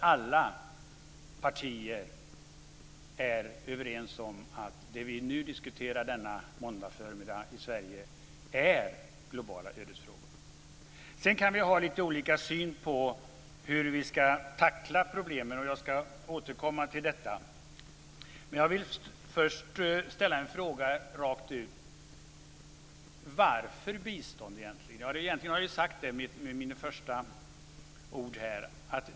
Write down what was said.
Alla partier är överens om att det vi diskuterar denna måndagsförmiddag i Sveriges riksdag är globala ödesfrågor. Sedan kan vi ha olika syn på hur vi ska tackla problemen. Jag ska återkomma till det. Först vill jag ställa en fråga rakt ut: Varför bistånd? Jag har egentligen sagt det med mina första ord.